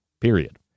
period